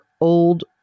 old